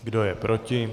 Kdo je proti?